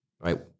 right